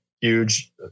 huge